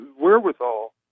wherewithal